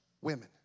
women